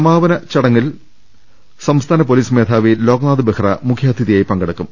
സമാപന ചടങ്ങിൽ സംസ്ഥാന പോലീസ് മേധാവി ലോക്നാഥ് ബെഹ്റ മുഖ്യാതിഥിയായി പങ്കെടുക്കും